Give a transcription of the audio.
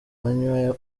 mwanya